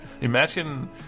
imagine